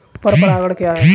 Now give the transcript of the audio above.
पर परागण क्या है?